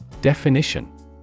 Definition